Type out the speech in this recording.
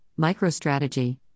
MicroStrategy